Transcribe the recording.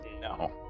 No